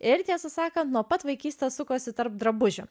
ir tiesą sakant nuo pat vaikystės sukosi tarp drabužių